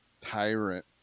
tyrant